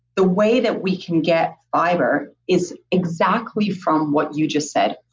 the way that we can get fiber is exactly from what you just said,